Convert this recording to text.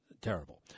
Terrible